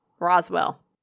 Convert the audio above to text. Roswell